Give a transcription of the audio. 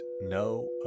no